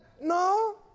No